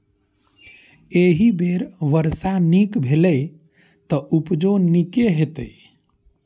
एहि बेर वर्षा नीक भेलैए, तें उपजो नीके हेतै